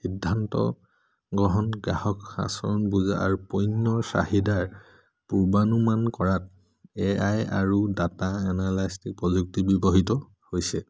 সিদ্ধান্ত গ্ৰহণ গ্ৰাহক আচৰণ বুজা আৰু পণ্যৰ চাহিদাৰ পূৰ্বানুমান কৰাত এ আই আৰু ডাটা এনালাইষ্টিক প্ৰযুক্তি ব্যৱহৃত হৈছে